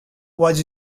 was